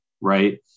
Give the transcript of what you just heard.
Right